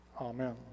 Amen